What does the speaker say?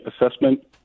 assessment